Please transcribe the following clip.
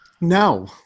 No